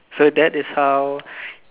so that is how